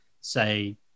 say